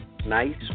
Nice